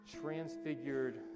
transfigured